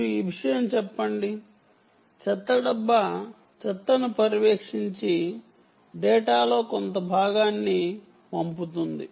మీరు ఈ విషయం చెప్పండి చెత్త డబ్బా చెత్తను పర్యవేక్షించి డేటా లో కొంత భాగాన్ని పంపుతుంది